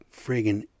friggin